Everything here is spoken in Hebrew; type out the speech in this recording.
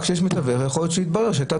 כשיש מתווך יכול להיות שיתברר שהייתה